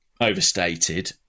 overstated